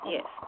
Yes